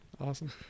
Awesome